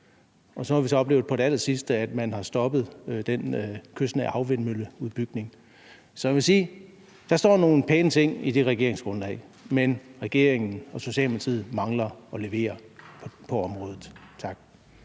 Og så har vi så oplevet på det allersidste, at man har stoppet den kystnære havvindmølleudbygning. Så jeg vil sige, at der står nogle pæne ting i det regeringsgrundlag, men regeringen og Socialdemokratiet mangler at levere på området. Tak.